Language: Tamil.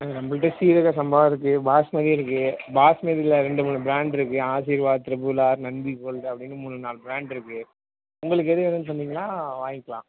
நம்மள்ட்ட சீரக சம்பா இருக்குது பாஸ்மதி இருக்குது பாஸ்மதியில் ரெண்டு மூணு பிராண்ட்டிருக்கு Aashirvaad triple R Nandi gold அப்பபடின்னு மூணு நாலு பிராண்ட்டு இருக்குது உங்களுக்கு எது வேணும்ன்னு சொன்னீங்கன்னால் வாங்கிக்கலாம்